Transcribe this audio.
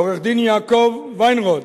עורך-הדין יעקב ויינרוט